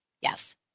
Yes